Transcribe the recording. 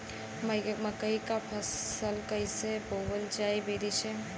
मकई क फसल कईसे बोवल जाई विधि से?